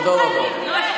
תודה רבה.